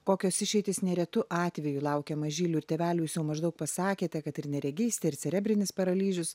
kokios išeitys neretu atveju laukia mažylių ir tėvelių jūs jau maždaug pasakėte kad ir neregystė ir cerebrinis paralyžius